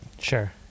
Sure